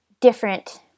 different